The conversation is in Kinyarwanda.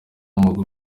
w’amaguru